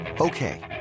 Okay